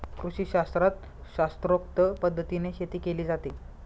कृषीशास्त्रात शास्त्रोक्त पद्धतीने शेती केली जाते